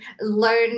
learn